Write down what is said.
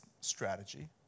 strategy